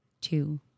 two